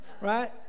Right